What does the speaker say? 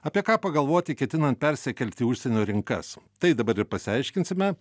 apie ką pagalvoti ketinant persikelti į užsienio rinkas tai dabar ir pasiaiškinsime